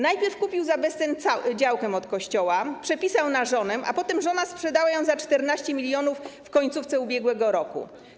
Najpierw kupił za bezcen działkę od Kościoła, przepisał na żonę, a potem żona sprzedała ją za 14 mln zł w końcówce ubiegłego roku.